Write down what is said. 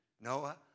Noah